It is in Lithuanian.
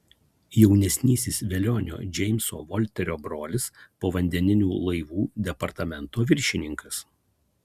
jaunesnysis velionio džeimso volterio brolis povandeninių laivų departamento viršininkas